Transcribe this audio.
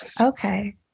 Okay